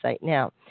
now